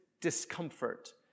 discomfort